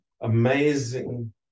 amazing